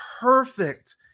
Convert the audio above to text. perfect